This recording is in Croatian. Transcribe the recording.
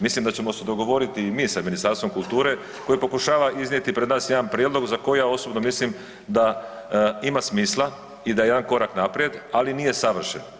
Mislim da ćemo se dogovoriti i mi sa Ministarstvom kulture koje pokušava iznijeti pred nas jedan prijedlog za koji ja osobno mislim da ima smisla i da je jedan korak naprijed, ali nije savršen.